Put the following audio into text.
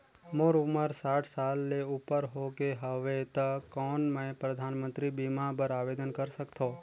मोर उमर साठ साल ले उपर हो गे हवय त कौन मैं परधानमंतरी बीमा बर आवेदन कर सकथव?